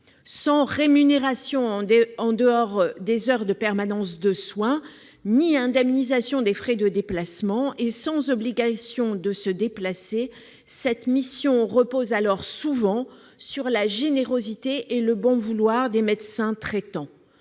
Sans rémunération en dehors des heures de permanence de soins ni indemnisation des frais de déplacement, et sans obligation de se déplacer, cette mission repose alors souvent sur la générosité et le bon vouloir des médecins traitants.